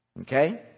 okay